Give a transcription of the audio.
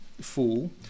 fool